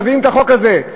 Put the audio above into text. מביאים את החוק הזה.